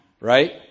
right